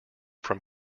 from